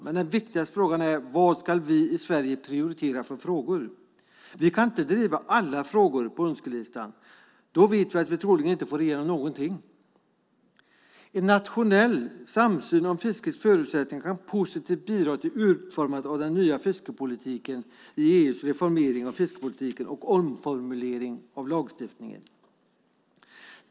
Men det viktigaste är vilka frågor vi i Sverige ska prioritera. Vi kan inte driva alla frågorna på önskelistan. Troligen får vi då inte igenom någonting. En nationell samsyn kring fiskets förutsättningar kan positivt bidra till utformandet av den nya fiskepolitiken vid EU:s reformering av fiskepolitiken och omformulering av lagstiftningen.